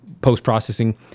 post-processing